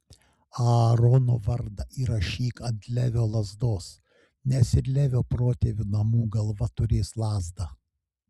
aarono vardą įrašyk ant levio lazdos nes ir levio protėvių namų galva turės lazdą